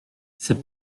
c’est